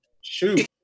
shoot